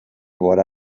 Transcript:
what